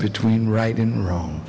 between right and wrong